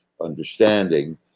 understanding